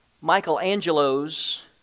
Michelangelo's